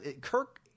Kirk